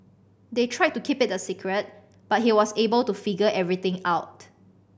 they tried to keep it a secret but he was able to figure everything out